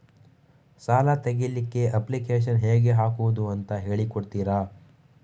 ಸಾಲ ತೆಗಿಲಿಕ್ಕೆ ಅಪ್ಲಿಕೇಶನ್ ಹೇಗೆ ಹಾಕುದು ಅಂತ ಹೇಳಿಕೊಡ್ತೀರಾ?